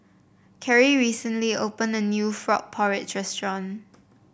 Carry recently opened a new Frog Porridge restaurant